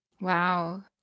Wow